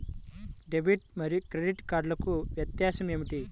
Debit మరియు credit కార్డ్లకు వ్యత్యాసమేమిటీ?